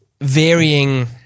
varying